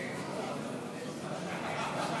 ההצעה